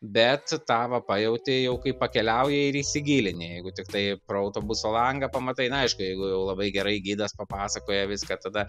bet tą va pajauti jau kai pakeliauji ir įsigilini jeigu tik tai pro autobuso langą pamatai na aišku jeigu jau labai gerai gidas papasakoja viską tada